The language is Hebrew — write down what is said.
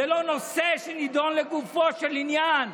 זה לא נושא שנדון לגופו של עניין.